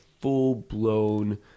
full-blown